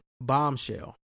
Bombshell